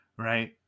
right